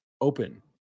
open